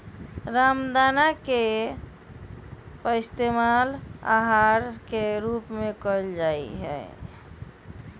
रामदाना के पइस्तेमाल आहार के रूप में कइल जाहई